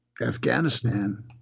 Afghanistan